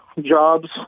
jobs